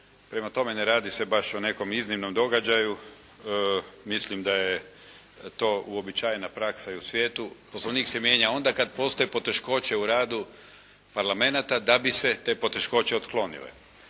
prema tome, ne radi se baš o nekom iznimnom događaju, mislim da je to uobičajena praksa i u svijetu. Poslovnik se mijenja onda kada postoje poteškoće u radu parlamenata da bi se te poteškoće otklonile.